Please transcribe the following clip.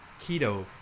Keto